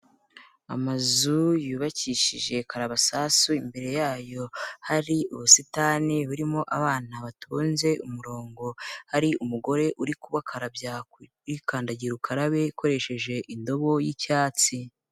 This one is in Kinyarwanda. Amazu yubakishije karabasasu, imbere yayo hari ubusitani burimo abana batonze umurongo, hari umugore uri kubakarabya kuri kandagira ukarabe akoresheje indobo y'icyatsi.